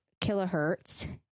kilohertz